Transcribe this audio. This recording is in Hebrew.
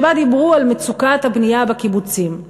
ובה דיברו על מצוקת הבנייה בקיבוצים.